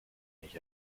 nicht